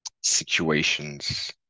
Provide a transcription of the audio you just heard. situations